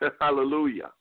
Hallelujah